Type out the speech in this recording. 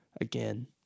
again